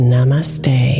Namaste